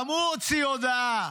גם הוא הוציא הודעה